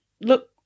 look